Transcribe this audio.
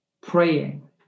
praying